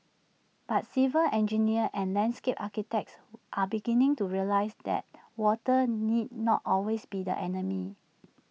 but civil engineers and landscape architects are beginning to realise that water need not always be the enemy